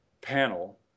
panel